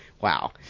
Wow